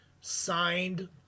signed